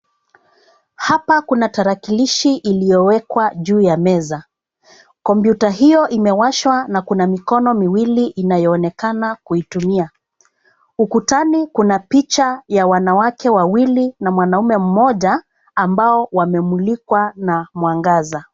Hapa kuna tarakilishi iliyowekwa juu ya meza. Kompyuta hiyo imewashwa na kuna mikono miwili inayoonekana kuitumia. Ukutani kuna picha ya wanawake wawili na mwanaume mmoja ambao wamemulikwa na mwangaza.